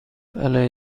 بله